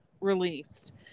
released